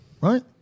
right